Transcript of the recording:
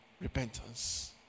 Repentance